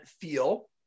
feel